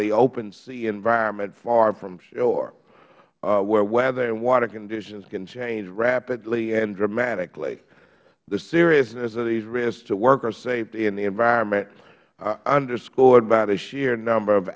the open sea environment far from shore where weather and water conditions can change rapidly and dramatically the seriousness of these risks to worker safety and the environment are underscored by the sheer number of